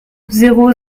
zéro